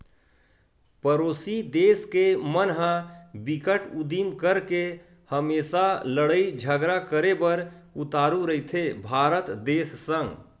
परोसी देस के मन ह बिकट उदिम करके हमेसा लड़ई झगरा करे बर उतारू रहिथे भारत देस संग